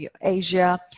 Asia